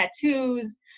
tattoos